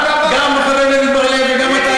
גם חבר הכנסת בר-לב וגם אתה,